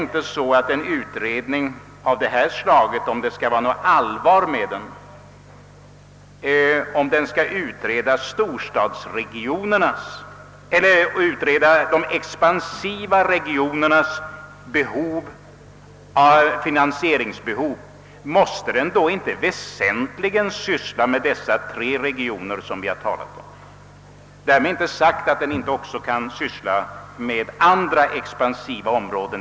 En utredning som skall undersöka de expansiva regionernas finansieringsbehov måste väl — om dess arbete skall bli till någon nytta, väsentligen syssla med de tre regioner som vi har talat om. Därmed är inte sagt att utredningen inte också kan befatta sig med andra expansiva områden.